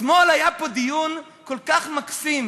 אתמול היה פה דיון כל כך מקסים,